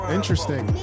Interesting